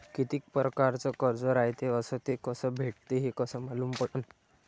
कितीक परकारचं कर्ज रायते अस ते कस भेटते, हे कस मालूम पडनं?